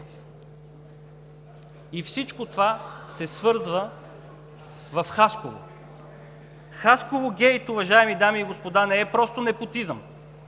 И всичко това се свързва в Хасково. Хасково гейт, уважаеми дами и господа, не е просто непотизъм,